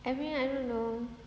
I mean I don't know